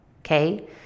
okay